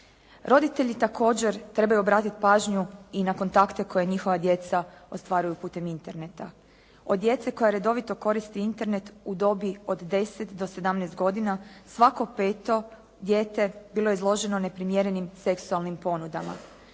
Roditelji također trebaju obratiti pažnju i na kontakte koje njihova djeca ostvaruju putem interneta. Od djece koja redovito koristi Internet u dobi od 10 do 17 godina, svako 5. dijete bilo je izloženo neprimjerenim seksualnim ponudama.